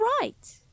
right